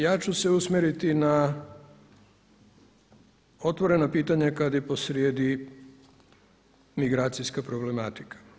Ja ću se usmjeriti na otvorena pitanja kad je posrijedi migracijska problematika.